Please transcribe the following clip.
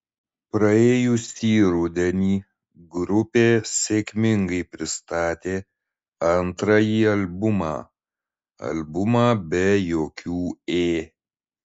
praėjusį rudenį grupė sėkmingai pristatė antrąjį albumą albumą be jokių ė